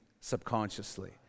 subconsciously